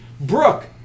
Brooke